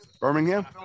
Birmingham